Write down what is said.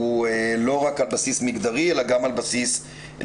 הוא לא רק על בסיס מגדרי אלא גם על בסיס לאומי,